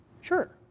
Sure